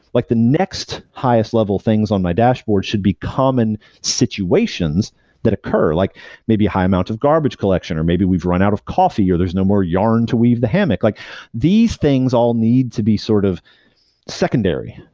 like the next highest level things on my dashboard should be common situations that occur, like maybe a high amount of garbage collection, or maybe we've run out of coffee, or there's no more yarn to weave the hammock. like these things all need to be sort of secondary.